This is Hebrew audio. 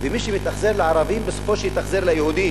מי שמתאכזר לערבים, סופו שיתאכזר ליהודים.